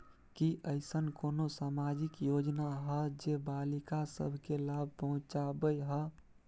की ऐसन कोनो सामाजिक योजना हय जे बालिका सब के लाभ पहुँचाबय हय?